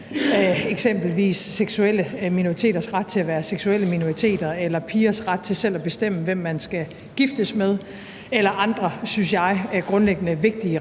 eksempelvis seksuelle minoriteters ret til at være seksuelle minoriteter eller pigers ret til selv at bestemme, hvem de skal giftes med, eller andre – synes jeg – grundlæggende vigtige